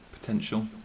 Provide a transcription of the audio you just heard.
potential